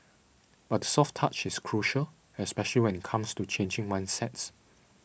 but the soft touch is crucial especially when it comes to changing mindsets